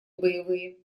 боевые